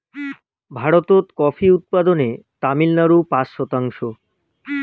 ভারতত কফি উৎপাদনে তামিলনাড়ু পাঁচ শতাংশ